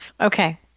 okay